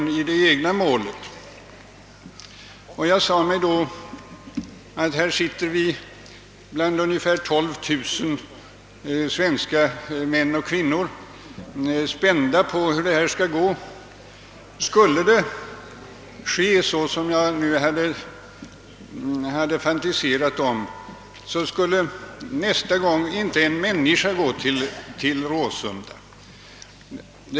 Jag sade till mig själv att här sitter vi bland ungefär 12000 svenska män och kvinnor, som alla är spända på hur matchen skall gå. Om det blev så som jag nyss fantiserade om, skulle inte en enda människa komma till Råsunda vid nästa match.